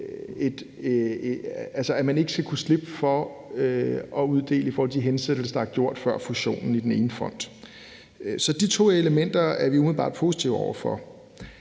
så ikke skal kunne slippe for at uddele i forhold til de hensættelser, der er gjort før fusionen i den ene fond. Så de to elementer er vi umiddelbart positive over for.